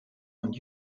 und